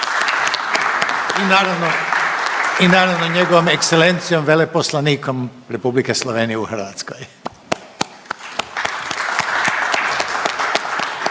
i naravno njegovom ekselencijom veleposlanikom Republike Slovenije u Hrvatskoj.